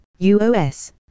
UOS